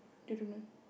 didn't know